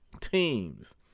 teams